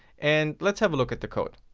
and let's have a look at the code.